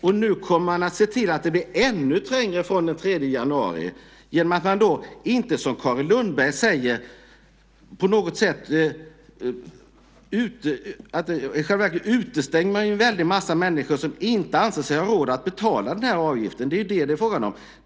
Och nu kommer man att se till att det blir ännu trängre från den 3 januari. I själva verket utestänger man en väldig massa människor som inte anser sig ha råd at betala den här avgiften. Det är ju det som det är fråga om.